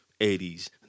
80s